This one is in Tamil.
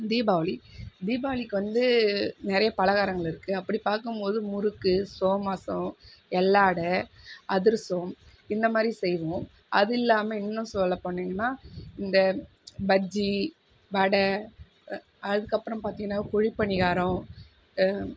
தீபாவளி தீபாவளிக்கு வந்து நிறைய பலகாரங்கள் இருக்கு அப்படி பார்க்கும் போது முறுக்கு சோமசோவ் எல்லாடை அதிருசம் இந்த மாதிரி செய்வோம் அது இல்லாமல் இன்னும் சொல்ல போனிங்கன்னா இந்த பஜ்ஜி வடை அதுக்கு அப்புறம் பார்த்தீங்கனா குழிப்பணியாரம்